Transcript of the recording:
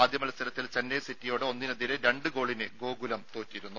ആദ്യ മത്സരത്തിൽ ചെന്നൈ സിറ്റിയോട് ഒന്നിനെതിരെ രണ്ട് ഗോളിന് ഗോകുലം തോറ്റിരുന്നു